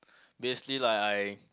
basically like I